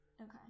Okay